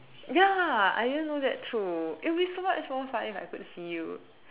ya I didn't know that too it will be so much more fun if I could see you